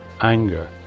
anger